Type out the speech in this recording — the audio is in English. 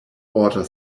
water